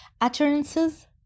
utterances